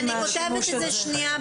אני שמה את זה בצד.